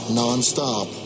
nonstop